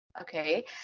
Okay